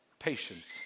Patience